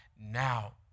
now